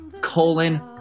colon